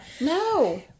No